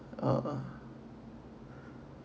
uh